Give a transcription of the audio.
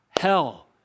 Hell